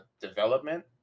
development